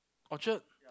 Orchard